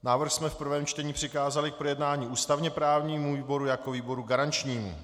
Návrh jsme v prvém čtení přikázali k projednání ústavněprávnímu výboru jako výboru garančnímu.